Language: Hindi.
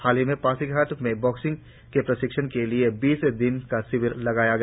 हाल ही में पासीघाट में बॉक्सिंग के प्रशिक्षण के लिए बीस दिनों का शिविर लगाया गया